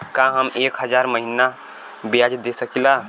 का हम एक हज़ार महीना ब्याज दे सकील?